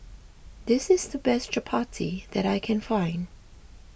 this is the best Chapati that I can find